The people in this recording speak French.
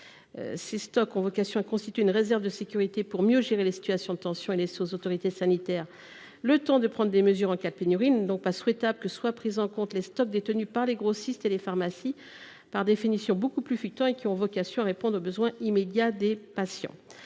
Ces stocks ont vocation à constituer une réserve de sécurité pour permettre une meilleure gestion des situations de tension et laisser aux autorités sanitaires le temps de prendre des mesures en cas de pénurie. Il n’est donc pas souhaitable que soient pris en compte les stocks détenus par les grossistes et les pharmacies, par définition beaucoup plus fluctuants, et qui ont vocation à répondre aux besoins immédiats des patients.